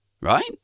right